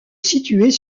situait